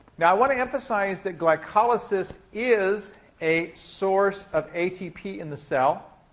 now i want to emphasize, that glycolysis is a source of atp in the cell.